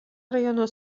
rajono